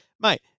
mate